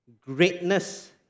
greatness